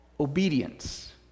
Obedience